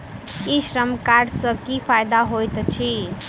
ई श्रम कार्ड सँ की फायदा होइत अछि?